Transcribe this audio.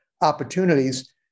opportunities